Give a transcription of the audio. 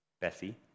Bessie